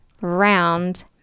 round